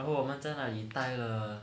然后我们在那里呆了